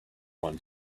one